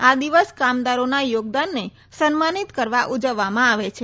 આ દિવસ કામદારોના યોગદાનને સન્માનિત કરવા ઉજવવામાં આવે છે